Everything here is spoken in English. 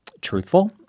truthful